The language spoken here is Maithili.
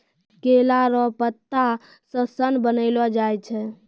केला लो पत्ता से सन बनैलो जाय छै